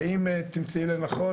אם תמצאי לנכון,